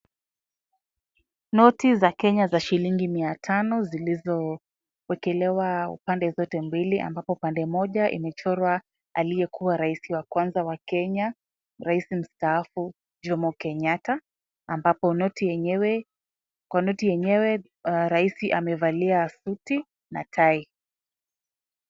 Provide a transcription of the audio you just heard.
Noti za Kenya za shilingi miatano zilizowekelewa upande zote mbili, ambapo upande mmoja imechorwa aliyekuwa rahisi wa kwanza wa Kenya, raisi mstaafu Jomo Kenyatta, ambapo kwa noti yenyewe rahisi amevalia suti na tai.